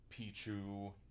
Pichu